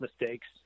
mistakes